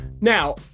Now